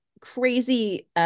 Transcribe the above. crazy